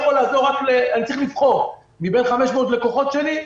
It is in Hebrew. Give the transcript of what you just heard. אני צריך לבחור: מבין 500 הלקוחות שלי,